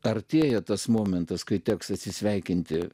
artėja tas momentas kai teks atsisveikinti